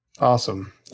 Awesome